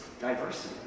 diversity